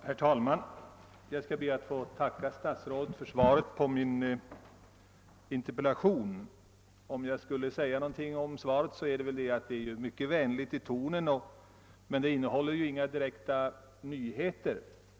Herr talman! Jag ber att få tacka statsrådet för svaret på min interpellation — det är mycket vänligt i tonen men innehåller inga direkta nyheter.